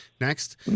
next